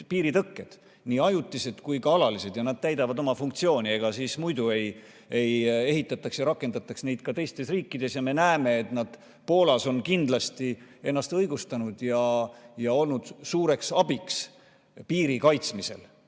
piiritõkked, nii ajutised kui ka alalised, ja nad täidavad oma funktsiooni. Ega siis muidu ei ehitataks ja ei rakendataks neid ka teistes riikides ja me näeme, et nad Poolas on kindlasti ennast õigustanud ja olnud suureks abiks piiri kaitsmisel.